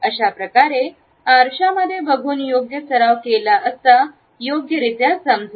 अशाप्रकारे आरशामध्ये बघून योग्य सराव केल्या असतात योग्यरित्या समजेल